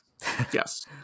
yes